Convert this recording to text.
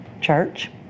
Church